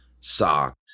sock